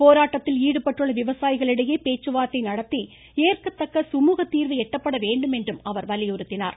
போராட்டத்தில் ஈடுபட்டுள்ள விவசாயிகளிடையே பேச்சுவார்த்தை நடத்தி ஏற்கத்தக்க சுமூகத்தீர்வு எட்டப்பட வேண்டும் என்று வலியுறுத்தினார்